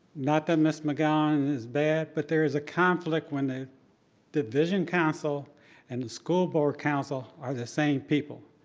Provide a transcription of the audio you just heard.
not that ms. mcgowan and is bad, but there is a conflict when the division counsel and the school board counsel are the same people.